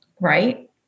right